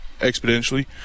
exponentially